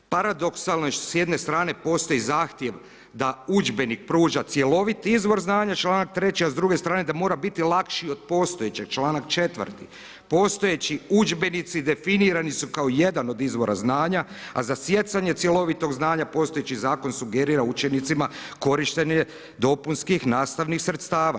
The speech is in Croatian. Paradoksalno je što s jedne strane postoji zahtjev da udžbenik pruža cjeloviti izvor znanja, članak 3. a s druge strane da mora biti lakši od postojećeg, članak 4. Postojeći udžbenici definirani su kao jedan od izvora znanja a za stjecanje cjelovitog znanja postojeći zakon sugerira učenicima korištenje dopunskih nastavnih sredstava.